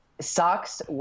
Socks